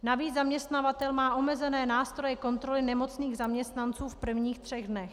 Navíc zaměstnavatel má omezené nástroje kontroly nemocných zaměstnanců v prvních třech dnech.